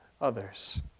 others